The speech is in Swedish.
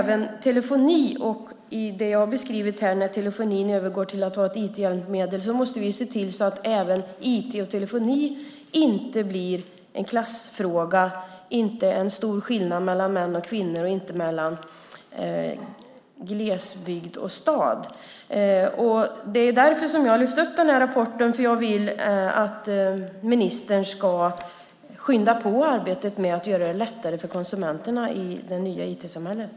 Jag har beskrivit här att vi, när telefonin övergår till att vara ett IT-hjälpmedel, måste se till att inte även IT och telefoni blir en klassfråga. Det ska inte vara en stor skillnad mellan män och kvinnor och inte mellan glesbygd och stad. Det är därför som jag har lyft upp den här rapporten. Jag vill att ministern ska skynda på arbetet med att göra det lättare för konsumenterna i det nya IT-samhället.